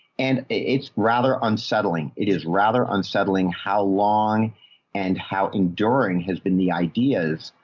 and it's rather unsettling. it is rather unsettling. how long and how enduring has been the ideas.